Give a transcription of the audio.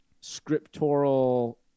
scriptural